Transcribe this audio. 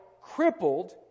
crippled